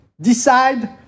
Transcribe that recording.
decide